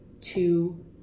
two